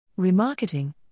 Remarketing